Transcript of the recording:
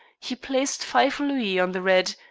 he placed five louis on the red,